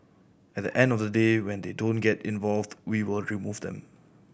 at the end of the day when they don't get involved we will remove them